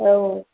औ